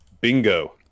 bingo